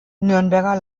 nürnberger